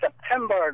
September